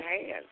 hands